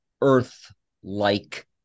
Earth-like